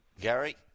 Gary